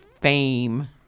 Fame